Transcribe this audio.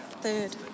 third